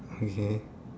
okay